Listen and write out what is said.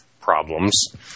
problems